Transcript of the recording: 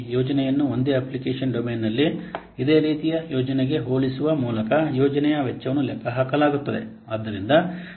ಯೋಜನೆಯನ್ನು ಒಂದೇ ಅಪ್ಲಿಕೇಶನ್ ಡೊಮೇನ್ನಲ್ಲಿ ಇದೇ ರೀತಿಯ ಯೋಜನೆಗೆ ಹೋಲಿಸುವ ಮೂಲಕ ಯೋಜನೆಯ ವೆಚ್ಚವನ್ನು ಲೆಕ್ಕಹಾಕಲಾಗುತ್ತದೆ